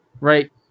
right